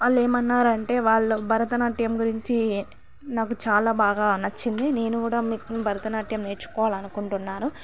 వాళ్ళు ఏమన్నారంటే వాళ్ళ భరతనాట్యం గురించి నాకు చాలా బాగా నచ్చింది నేను కూడా మీకు భరతనాట్యం నేర్చుకోవాలనుకుంటున్నాను